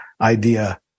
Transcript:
idea